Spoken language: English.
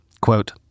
Quote